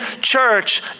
church